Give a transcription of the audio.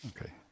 Okay